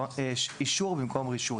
אישור במקום רישיון.